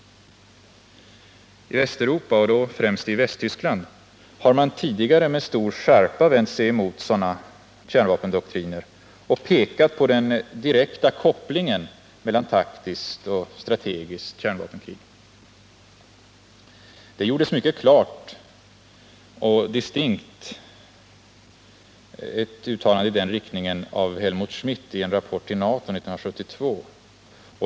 I Västeuropa — främst i Västtyskland — har man tidigare med stor skärpa vänt sig emot sådana kärnvapendoktriner och pekat på den direkta kopplingen mellan taktiskt och strategiskt kärnvapenkrig. Det gjordes ett mycket distinkt uttalande i den riktningen av Helmut Schmidt i en rapport till NATO 1972.